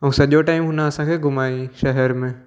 ऐं सॼो टाइम हुन असांखे घुमायईं शहर में